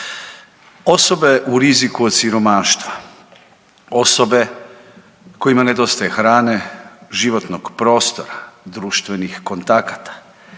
Osobe u riziku od siromaštva, osobe kojima nedostaje hrane, životnih prostora, društvenih kontakata